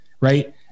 right